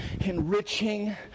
enriching